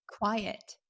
Quiet